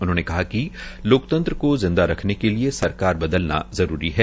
उन्होंने कहा कि लोकतंत्र को जिंदा रखने के लिये सरकार बदलना जरूरी है